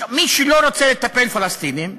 מי שלא רוצה לטפל בפלסטינים,